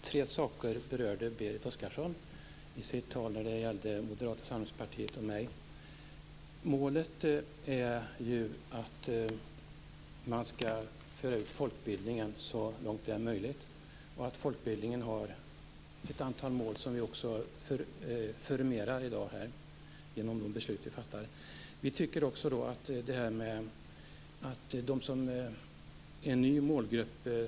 Herr talman! Berit Oscarsson berörde tre saker i sitt tal som gällde Moderata samlingspartiet och mig. Målet är ju att man skall föra ut folkbildningen så långt det är möjligt. Folkbildningen har ett antal mål som vi förmerar här i dag genom de beslut vi fattar. De arbetslösa är en ny målgrupp.